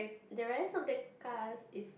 the rest of the cars is